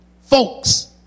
folks